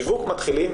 מתחילים,